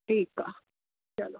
ठीकु आहे चलो